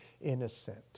innocent